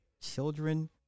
children